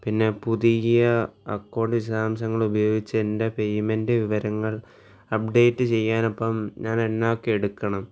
പിന്നെ പുതിയ അക്കൗണ്ട് വിശദാംശങ്ങൾ ഉപയോഗിച്ച് എൻ്റെ പെയ്മെൻറ്റ് വിവരങ്ങൾ അപ്ഡേറ്റ് ചെയ്യാനപ്പോള് ഞാൻ എന്നാ ഒക്കെ എടുക്കണം